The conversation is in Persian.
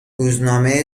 روزنامه